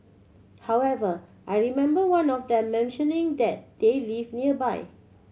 however I remember one of them mentioning that they live nearby